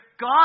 God